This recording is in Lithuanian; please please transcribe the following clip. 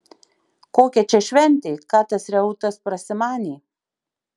kokia čia šventė ką tas reutas prasimanė